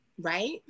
right